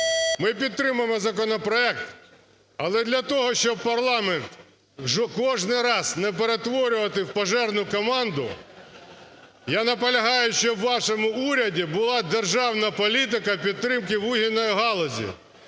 Ми підтримуємо законопроект. Але для того, щоб парламент кожен раз не перетворювати в пожарну команду, я наполягаю, щоб у вашому уряді була державна політика підтримки вугільної галузі.